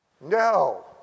no